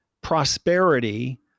prosperity